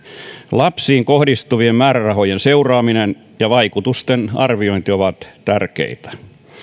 lapsiin kohdistuvien määrärahojen seuraaminen ja vaikutusten arviointi ovat tärkeitä